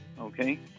Okay